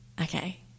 Okay